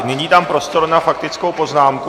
Nyní dám prostor na faktickou poznámku.